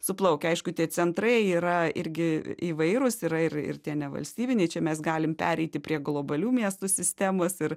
suplaukia aišku tie centrai yra irgi įvairūs yra ir ir tie nevalstybiniai čia mes galim pereiti prie globalių miestų sistemos ir